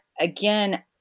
again